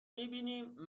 میبینیم